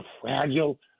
fragile